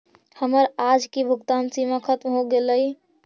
हमर आज की भुगतान सीमा खत्म हो गेलइ